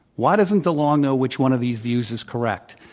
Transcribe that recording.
why doesn't delong know which one of these views is correct?